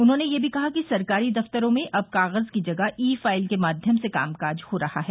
उन्होंने यह भी कहा कि सरकारी दफ्तरों में अब कागज की जगह ई फाईल के माध्यम से कामकाज हो रहा है